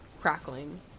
crackling